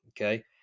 okay